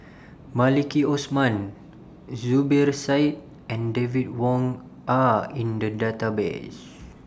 Maliki Osman Zubir Said and David Wong Are in The Database